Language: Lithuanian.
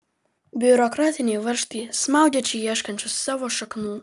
biurokratiniai varžtai smaugia čia ieškančius savo šaknų